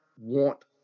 want